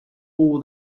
all